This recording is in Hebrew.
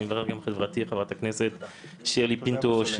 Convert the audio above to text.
תודה לחברתי חברת הכנסת שירלי פינטו,